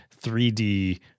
3D